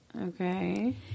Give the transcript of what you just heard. Okay